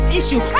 issue